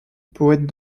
poètes